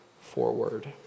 forward